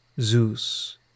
Zeus